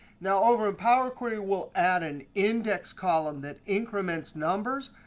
now, over in power query, we'll add an index column that increments numbers.